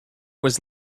was